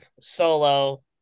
solo